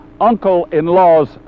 uncle-in-law's